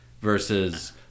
versus